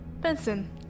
Benson